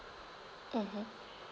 mmhmm